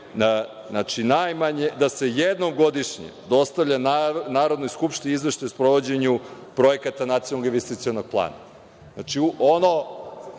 da se jednom godišnje dostavlja Narodnoj skupštini izveštaj o sprovođenju projekata Nacionalnog investicionog plana.